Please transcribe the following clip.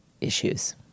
issues